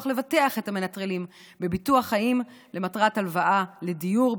לבטח את המנטרלים בביטוח חיים למטרת הלוואה לדיור,